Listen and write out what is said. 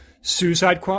Suicide